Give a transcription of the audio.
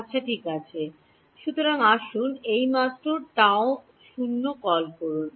আচ্ছা ঠিক আছে সুতরাং আসুন এই মাত্র τ 0 কল করুন